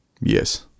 Yes